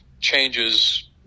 changes